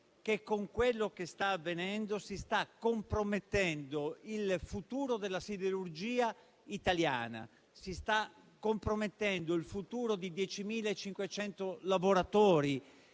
che, con quello che sta avvenendo, si sta compromettendo il futuro della siderurgia italiana, il futuro di 10.500 lavoratori,